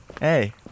Hey